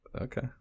Okay